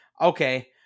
okay